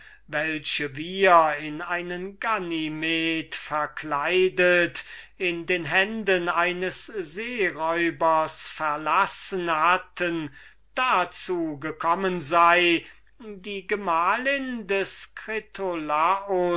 welche wir in einen ganymed verkleidet in den händen eines seeräubers verlassen hatten dazu gekommen sei die gemahlin des